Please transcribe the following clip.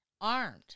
armed